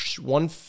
one